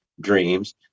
dreams